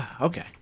okay